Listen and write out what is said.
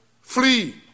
Flee